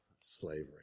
slavery